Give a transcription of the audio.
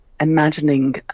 imagining